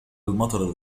المطر